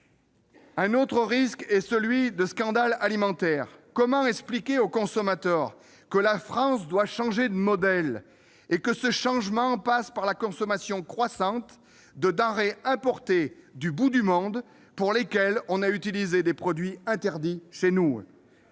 ! Autre risque : celui de scandales alimentaires. Comment expliquer au consommateur que la France doit changer de modèle et que ce changement passe par la consommation croissante de denrées importées du bout du monde pour la production desquelles on a utilisé des produits interdits chez nous ?